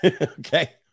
Okay